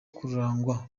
kurangwa